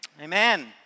Amen